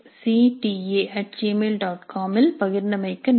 com இல் பகிர்ந்தமைக்கு நன்றி